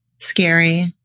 scary